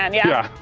um yeah.